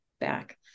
back